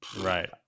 Right